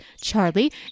Charlie